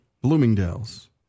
bloomingdale's